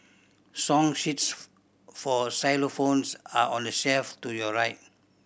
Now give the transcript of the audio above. song sheets for xylophones are on the shelf to your right